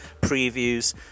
previews